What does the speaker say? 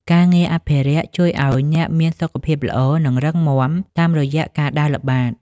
ការងារអភិរក្សជួយឱ្យអ្នកមានសុខភាពល្អ និងរឹងមាំ តាមរយៈការដើរល្បាត។